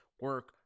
Work